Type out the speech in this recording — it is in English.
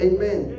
Amen